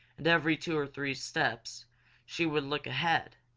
and every two or three steps she would look ahead.